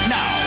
Now